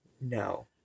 No